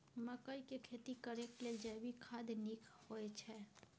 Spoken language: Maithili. मकई के खेती करेक लेल जैविक खाद नीक होयछै?